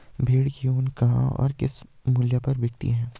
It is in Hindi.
भेड़ की ऊन कहाँ और किस मूल्य पर बिकती है?